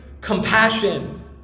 compassion